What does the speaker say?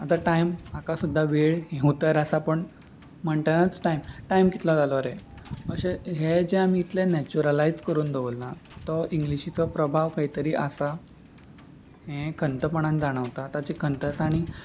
आतां टायम म्हाका सुद्दां वेळ हे उतर आसा पूण म्हणटानच टायम टायम कितलो जालो रे अशें हे जे आमी इतलें नॅचुरलायज करून दवरलां तो इंग्लिशीचो प्रभाव खंयतरी आसा हें खंतपणान जाणावता ताची खंत आसा आनी